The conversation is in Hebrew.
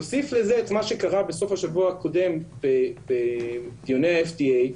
נוסיף לזה את מה שקרה בסוף השבוע הקודם בדיוני ה-FDA,